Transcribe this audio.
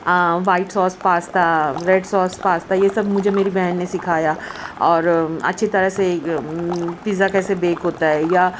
white sauce pasta red sauce pasta یہ سب مجھے میری بہن نے سکھایا اور اچھی طرح سے پیزا کیسے بیک ہوتا ہے یا